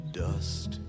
dust